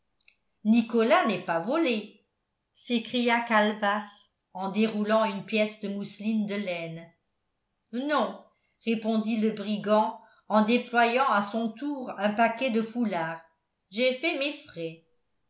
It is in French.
nicolas n'est pas volé s'écria calebasse en déroulant une pièce de mousseline de laine non répondit le brigand en déployant à son tour un paquet de foulards j'ai fait mes frais